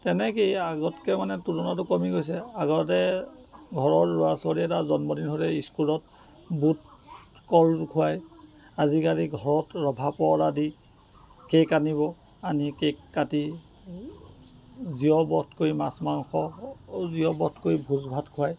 তেনেকেই আগতকৈ মানে তুলনাতো কমি গৈছে আগতে ঘৰৰ ল'ৰা ছোৱালী এটা জন্মদিন হ'লেই স্কুলত বুট কল খুৱায় আজিকালি ঘৰত ৰভা পৰ্দা দি কে'ক আনিব আনি কে'ক কাটি জীৱ বধ কৰি মাছ মাংস জীৱ বধ কৰি ভোজ ভাত খুৱায়